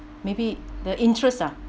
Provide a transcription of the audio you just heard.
maybe the interest ah